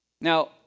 Now